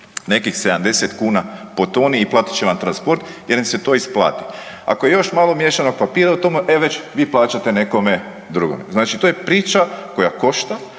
nekih 70 kuna po toni i platit će vam transport jer im se to isplati, ako je još miješanog papira u tome e već vi plaćate nekome drugome. Znači to je priča koja košta,